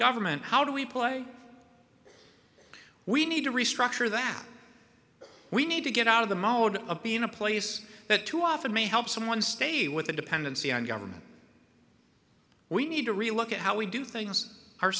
government how do we play we need to restructure that we need to get out of the mode of being a place that too often may help someone stay with a dependency on government we need to relook at how we do things